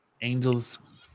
angels